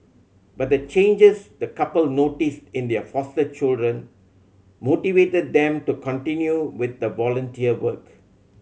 but the changes the couple noticed in their foster children motivated them to continue with the volunteer work